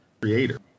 creator